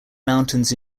mountains